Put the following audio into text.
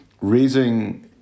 raising